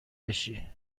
بشی